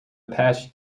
apache